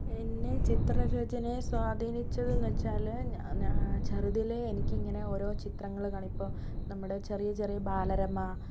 എന്നെ ചിത്രരചനയെ സ്വാധീനിച്ചത് എന്ന് വെച്ചാൽ ചെറുതിലെ എനിക്കിങ്ങനെ ഓരോ ചിത്രങ്ങൾ ഇപ്പോൾ നമ്മുടെ ചെറിയ ചെറിയ ബാലരമ